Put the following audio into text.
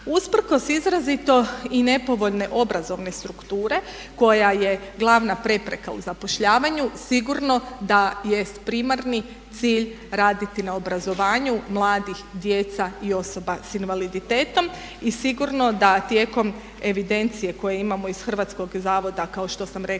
Usprkos izrazito i nepovoljne obrazovne strukture koje je glavna prepreka u zapošljavanju sigurno da jest primarni cilj raditi na obrazovanju mladih, djece i osoba s invaliditetom i sigurno da tijekom evidencije koju imao iz hrvatskog zavoda kao što sam rekla